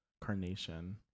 carnation